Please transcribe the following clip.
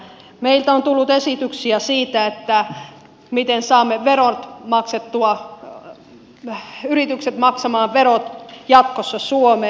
meiltä on tullut esityksiä siitä miten saamme yritykset maksamaan verot jatkossa suomeen